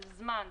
של זמן,